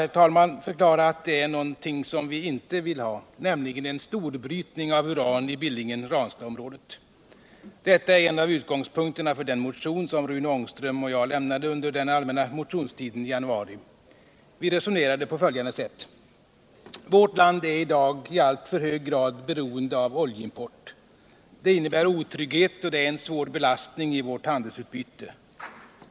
herr talman, förklara att det är något som vi inte vill ha, nämligen en storbrytning av uran i Billingen-Ranstadsområdet. Detta är en av utgångspunkterna för den motion som Rune Ångström och jag väckte under den allmänna motionstiden i januari. Vi resonerade på följande sätt. Vårt land är i dag i alltför hög grad beroende av oljeimport. Det innebär otrygghet och är en svår belastning i vårt handelsutbyte.